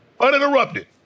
Uninterrupted